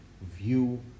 view